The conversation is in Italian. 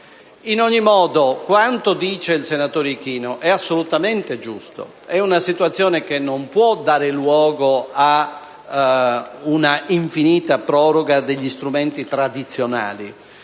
In ogni modo, quanto dice il senatore Ichino è assolutamente giusto: è una situazione che non può dare luogo a una infinita proroga degli strumenti tradizionali